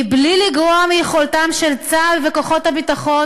בלי לגרוע מיכולתם של צה"ל וכוחות הביטחון